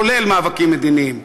כולל מאבקים מדיניים.